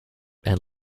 and